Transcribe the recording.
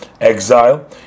exile